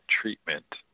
treatment